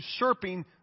usurping